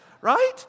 right